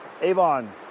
Avon